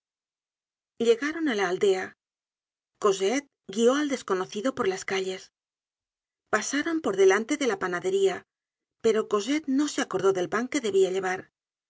moscas llegaron á la aldea cosette guió al desconocido por las calles pa saron por delante de la panadería pero cosette no se acordó del pan que debia llevar